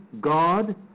God